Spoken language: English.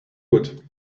good